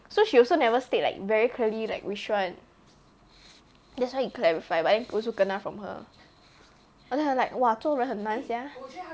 so she also never state like very clearly like which one that's why we clarify but then also kena from her I tell you like !wah! 做人很难 sia